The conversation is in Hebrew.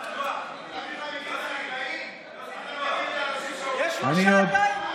יש לו שעתיים.